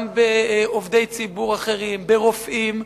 גם בעובדי ציבור אחרים, ברופאים,